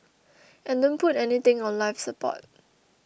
and don't put anything on life support